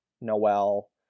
Noel